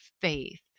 faith